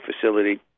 facility